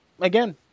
again